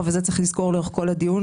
ואת זה צריך לזכור לאורך כל הדיון.